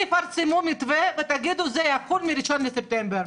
תפרסמו מתווה ותגידו שזה יחול מ-1 בספטמבר.